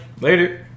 Later